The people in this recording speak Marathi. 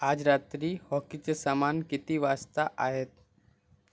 आज रात्री हॉकीचे सामान किती वाजता आहेत